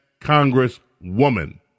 Congresswoman